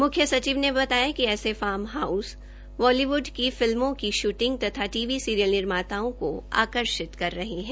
मुख्य सचिव ने बताया कि ऐसे फार्म हॉऊस बालीव्ड की फिल्मों की शूटिंग तथा टीवी सीरियल निर्माताओं को आकर्षित कर रहे हैं